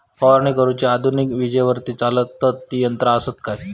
फवारणी करुची आधुनिक विजेवरती चलतत ती यंत्रा आसत काय?